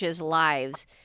lives